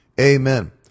Amen